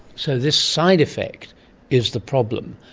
so this side effect is the problem.